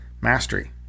Mastery